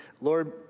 Lord